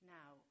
now